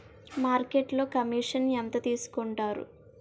మార్కెట్లో కమిషన్ ఎంత తీసుకొంటారు?